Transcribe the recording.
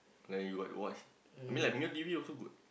like you got you watch I mean like male T_V also good